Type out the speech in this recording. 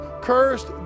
cursed